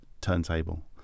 turntable